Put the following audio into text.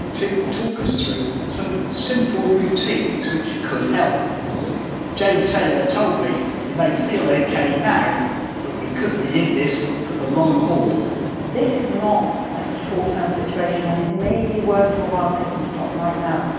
to talk us through some simple routines which could help jane taylor told me you may feel okay now but we could be in this for the long haul this is not a short-term situation and it may be worth your while taking stock right now.